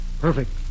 Perfect